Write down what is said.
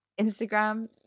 Instagram